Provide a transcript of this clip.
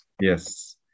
Yes